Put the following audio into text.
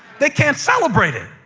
they can't celebrate it,